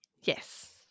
yes